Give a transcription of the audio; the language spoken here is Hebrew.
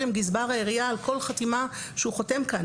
עם גזבר העירייה על כל חתימה שהוא חותם כאן,